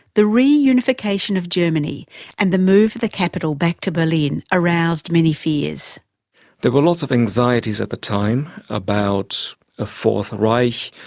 the re-unification of germany and the move of the capital back to berlin aroused many fears. there were lots of anxieties at the time about a fourth reich,